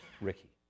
Ricky